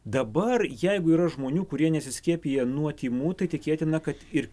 dabar jeigu yra žmonių kurie nesiskiepija nuo tymų tai tikėtina kad ir